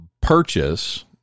purchase